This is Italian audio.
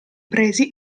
presi